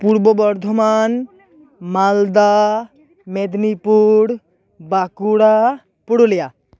Purba Bardhaman Malda Medinipur Bankura Purulia